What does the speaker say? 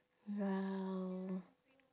!wow!